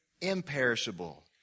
imperishable